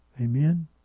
Amen